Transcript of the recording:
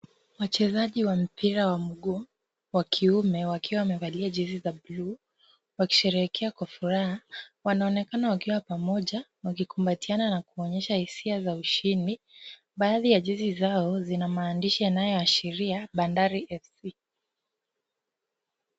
Wachezaji wa mpira wa mguu wa kiume wakiwa wamevalia jezi za buluu wakisheherekea kwa furaha . Wanaonekana wakiwa pamoja wakikumbatiana na kuonyesha hisia za ushindi. Baadhi ya jezi zao zina maandishi yanayoashiria Bandari FC.